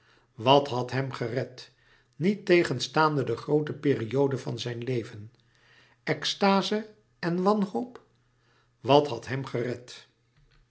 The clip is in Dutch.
wat had hem gered niettegenstaande de groote periode van zijn leven extaze en wanhoop wat had hem gered